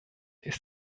ist